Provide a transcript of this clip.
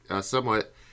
somewhat